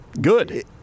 good